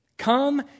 Come